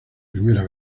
primera